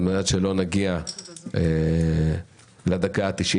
על מנת שלא נגיע לדקה ה-90,